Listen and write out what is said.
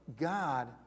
God